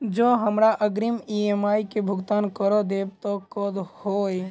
जँ हमरा अग्रिम ई.एम.आई केँ भुगतान करऽ देब तऽ कऽ होइ?